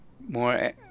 more